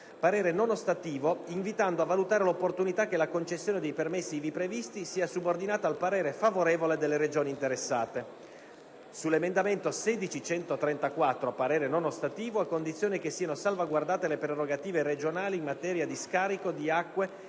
parere non ostativo, invitando a valutare l'opportunità che la concessione dei permessi ivi previsti sia subordinata al parere favorevole delle Regioni interessate; - sull'emendamento 16.134 parere non ostativo, a condizione che siano salvaguardate le prerogative regionali in materia di scarico di acque